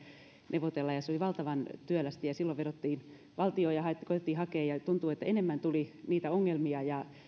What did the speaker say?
neuvotella ja se oli valtavan työlästä silloin vedottiin valtioon ja koetettiin hakea ja tuntui että enemmän tuli niitä ongelmia ja